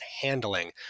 handling